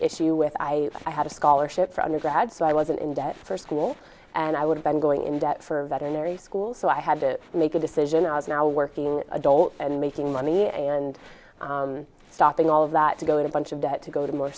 you with i i had a scholarship for undergrad so i wasn't in debt for school and i would've been going in debt for veterinary school so i had to make a decision i was now working adult and making money and stopping all of that to go in a bunch of debt to go to more